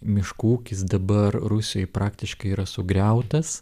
miškų ūkis dabar rusijoj praktiškai yra sugriautas